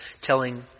telling